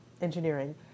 engineering